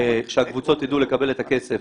שהקבוצות יידעו לקבל את הכסף